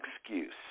excuse